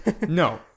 No